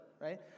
right